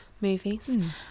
movies